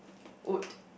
wood